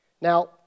Now